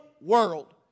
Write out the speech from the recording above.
world